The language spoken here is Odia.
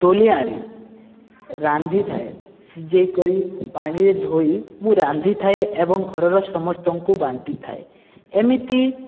ତୋଳି ଆଣି ରାନ୍ଧିଥାଏ ସିଝାଇ କରି ପାଣିରେ ଧୋଇ ମୁଁ ରାନ୍ଧିଥାଏ ଏବଂ ଘରର ସମସ୍ତଙ୍କୁ ବାଣ୍ଟିଥାଏ ଏମିତି